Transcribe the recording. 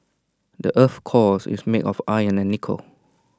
the Earth's core is made of iron and nickel